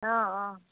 অঁ অঁ